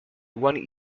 one